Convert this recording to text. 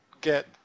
get